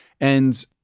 And-